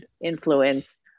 influence